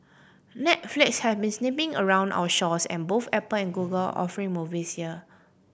Netflix has been sniffing around our shores and both Apple and Google are offering movies here